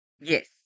Yes